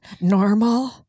Normal